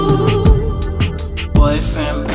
Boyfriend